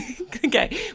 Okay